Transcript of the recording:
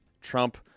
Trump